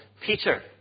Peter